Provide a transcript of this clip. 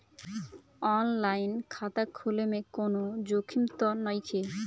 आन line खाता खोले में कौनो जोखिम त नइखे?